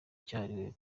cyahariwe